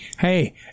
hey